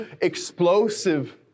explosive